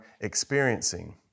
experiencing